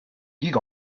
gig